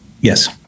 Yes